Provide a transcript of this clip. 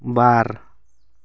ᱵᱟᱨ